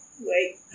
Wait